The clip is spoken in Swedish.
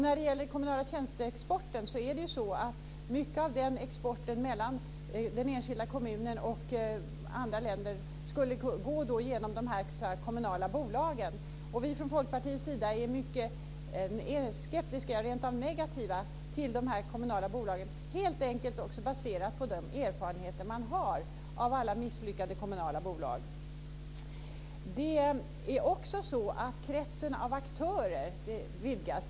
När det gäller den kommunala tjänsteexporten är det ju så att mycket av den exporten mellan den enskilda kommunen och andra länder skulle gå genom de kommunala bolagen. Vi från Folkpartiets sida är mycket skeptiska, rentav negativa, till de här kommunala bolagen helt enkelt baserat på de erfarenheter man har av alla misslyckade kommunala bolag. Det är också så att kretsen av aktörer vidgas.